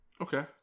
Okay